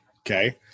Okay